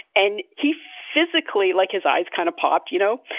and he physically, like his eyes, kind of popped. you know,